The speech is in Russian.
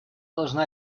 должна